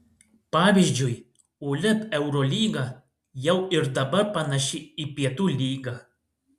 pavyzdžiui uleb eurolyga jau ir dabar panaši į pietų lygą